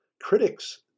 Critics